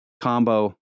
combo